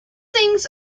things